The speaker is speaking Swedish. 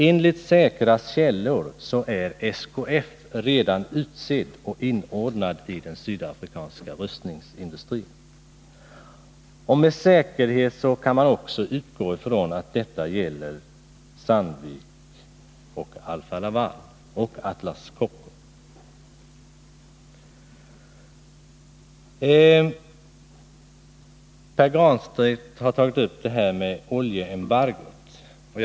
Enligt säkra källor är SKF redan utsett och inordnat i den sydafrikanska rustningsindustrin. Med säkerhet kan man utgå från att detta också gäller Sandvik, Alfa-Laval och Pär Granstedt har tagit upp frågan om oljeembargot.